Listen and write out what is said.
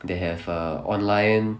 they have err online